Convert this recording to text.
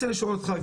הנציבה.